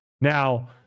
Now